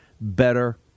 Better